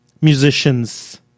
musicians